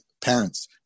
parents